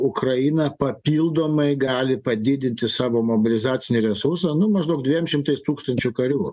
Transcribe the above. ukraina papildomai gali padidinti savo mobilizacinį resursą nu maždaug dviem šimtais tūkstančių karių